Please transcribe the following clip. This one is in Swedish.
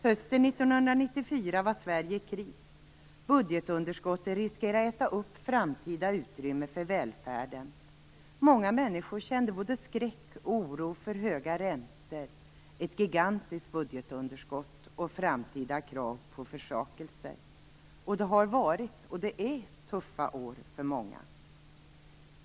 Hösten 1994 var Sverige i kris. Budgetunderskottet riskerade att äta upp framtida utrymme för välfärden. Många människor kände både skräck och oro för höga räntor, ett gigantiskt budgetunderskott och framtida krav på försakelser. Det har varit, och det är, tuffa år för många.